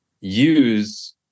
use